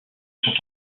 sont